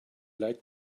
like